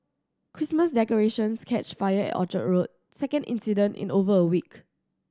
Christmas decorations catch fire at Orchard Road second incident in over a week